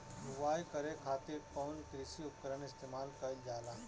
बुआई करे खातिर कउन कृषी उपकरण इस्तेमाल कईल जाला?